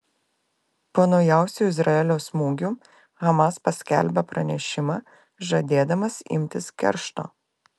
po naujausių izraelio smūgių hamas paskelbė pranešimą žadėdamas imtis keršto